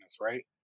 right